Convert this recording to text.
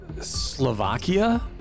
Slovakia